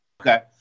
Okay